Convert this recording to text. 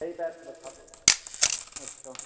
سہی پیسے بتا دو اچھا